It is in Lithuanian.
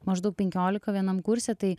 maždaug penkiolika vienam kurse tai